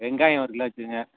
வெங்காயம் ஒரு கிலோ வைச்சுருங்க